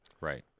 Right